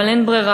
אבל אין ברירה,